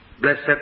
Blessed